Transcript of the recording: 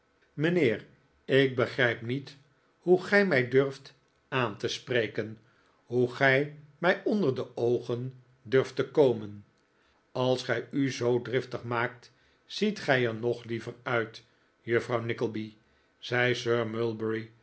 mijnheer ik begrijp niet hoe gij mij durft aan te spreken hoe gij mij onder de oogen durft te komen als gij u zoo driftig maakt ziet gij er nog liever uit juffrouw nickleby zei sir mulberry